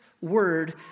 word